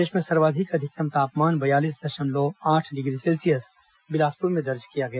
प्रदेश में सर्वाधिक अधिकतम तापमान बयालीस दशमलव आठ डिग्री सेल्सियस बिलासपुर में दर्ज किया गया